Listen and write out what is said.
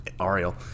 Ariel